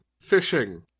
fishing